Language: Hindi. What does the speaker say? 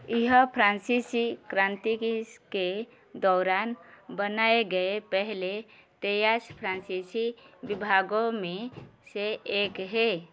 यह फ्रांसीसी क्रांति इस के दौरान बनाए गए पहले तैयास फ्रांसीसी विभागों में से एक है